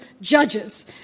judges